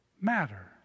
matter